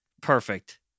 Perfect